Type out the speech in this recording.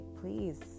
please